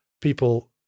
people